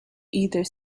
either